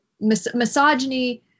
misogyny